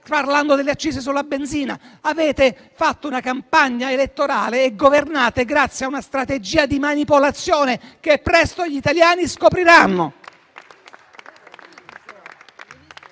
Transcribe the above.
parlato delle accise sulla benzina in campagna elettorale. Avete fatto una campagna elettorale e governate grazie a una strategia di manipolazione che presto gli italiani scopriranno.